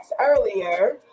earlier